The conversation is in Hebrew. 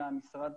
מהמשרד,